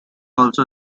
also